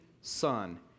son